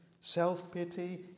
self-pity